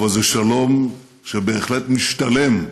אבל זה שלום שבהחלט משתלם,